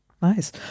nice